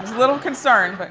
little concerned, but.